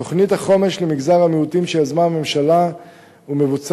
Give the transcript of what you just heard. תוכנית החומש למגזר המיעוטים שיזמה הממשלה ומבוצעת